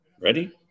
Ready